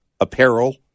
apparel